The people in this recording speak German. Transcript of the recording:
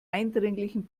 eindringlichen